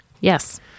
yes